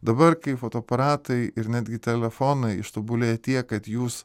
dabar kai fotoaparatai ir netgi telefonai ištobulėjo tiek kad jūs